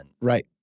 Right